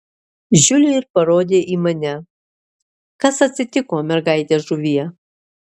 žiuli ir parodė į mane kas atsitiko mergaite žuvie